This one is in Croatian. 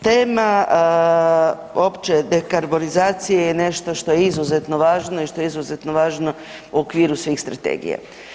Tema opće dekarbonizacije je nešto što je izuzetno važno i što je izuzetno važno u okviru svih strategija.